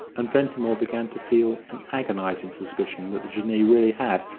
and ventimore began to feel an agonising suspicion that the jinnee really had,